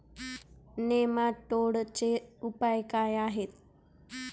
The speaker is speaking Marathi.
नेमाटोडचे उपयोग काय आहेत?